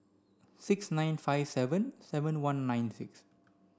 six nine five seven seven one nine six